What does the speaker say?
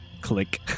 click